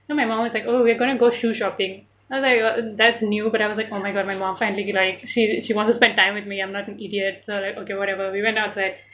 so my mum was like oh we're gonna go shoe shopping then I was like that's new but I was like my god my mum finally be like she she wants to spend time with me I'm not an idiot so like okay whatever we went outside